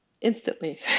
instantly